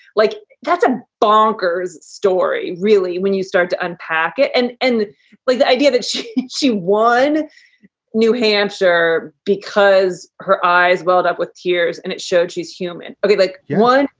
like, that's a bonkers story, really, when you start to unpack it. and and like the idea that she she won new hampshire because her eyes welled up with tears and it showed she's human like one.